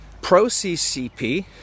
pro-CCP